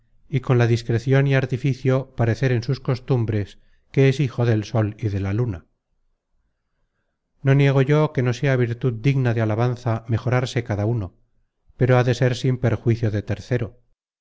y con la discrecion y artificio parecer en sus costumbres que es hijo del sol y de la luna no niego yo que no sea virtud digna de alabanza mejorarse cada alabanza son premios de